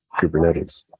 Kubernetes